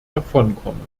davonkommen